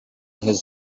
his